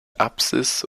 apsis